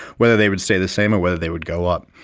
whether they would stay the same or whether they would go up.